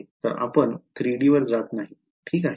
तर आपण 3D वर जात नाही ओके